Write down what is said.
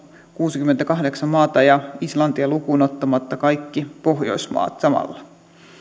kuusikymmentäkahdeksan maata islantia lukuun ottamatta kaikki pohjoismaat